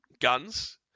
guns